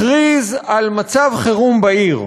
על מצב חירום בעיר.